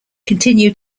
continued